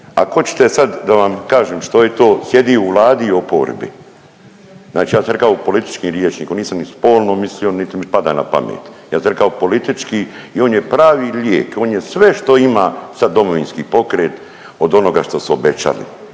ako oćete sad da vam kažem što je to sjedi u Vladi i u oporbi, znači ja sam rekao političkim rječnikom, nisam ni spolno mislio niti mi pada na pamet, ja sam rekao politički. I on je pravi lijek, on je sve što ima sa DP od onoga što su obećali,